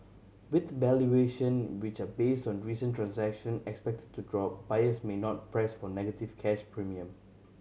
with valuation which are based on recent transaction expected to drop buyers may not press for negative cash premium